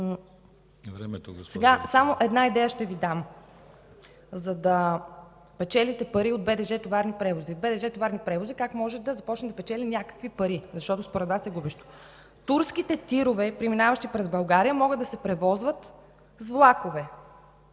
Само една идея ще Ви дам, за да печелите пари от БДЖ „Товарни превози”. Как може да започне да печели някакви пари, защото според Вас е губещо. Турските тирове, преминаващи през България, могат да се превозват с влакове.